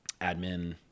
admin